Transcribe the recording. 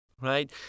right